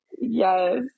yes